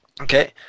Okay